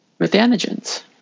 Methanogens